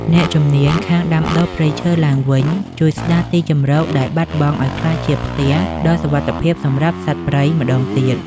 អ្នកជំនាញខាងដាំដុះព្រៃឈើឡើងវិញ ជួយស្តារទីជម្រកដែលបាត់បង់ឱ្យក្លាយជាផ្ទះដ៏សុវត្ថិភាពសម្រាប់សត្វព្រៃម្តងទៀត។